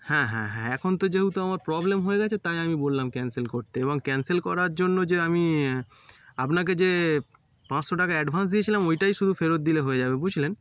হ্যাঁ হ্যাঁ হ্যাঁ এখন তো যেহুতু আমার প্রবলেম হয়ে গেছে তাই আমি বললাম ক্যান্সেল করতে এবং ক্যান্সেল করার জন্য যে আমি আপনাকে যে পাঁচশো টাকা অ্যাডভান্স দিয়েছিলাম ওইটাই শুধু ফেরত দিলে হয়ে যাবে বুঝলেন